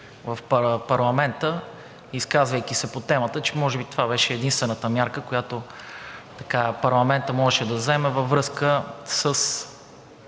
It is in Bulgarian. в парламента, изказвайки се по темата, че може би това беше единствената мярка, която парламентът можеше да вземе във връзка с